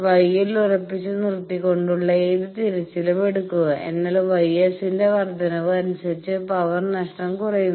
γL ഉറപ്പിച്ച് നിർത്തികൊണ്ടുള്ള ഏത് തിരച്ചിലും എടുക്കുക എന്നാൽ γ S ന്റെ വർദ്ധനവ് അനുസരിച്ച് പവർ നഷ്ടം കുറയുന്നു